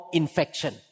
infection